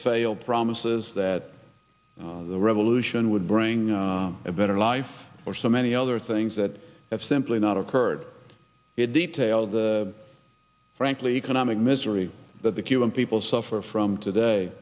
failed promises that the revolution would bring a better life for so many other things that have simply not occurred it detailed the frankly economic misery that the cuban people suffer from today